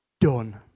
done